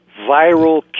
viral